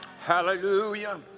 Hallelujah